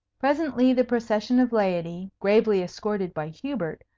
presently the procession of laity, gravely escorted by hubert,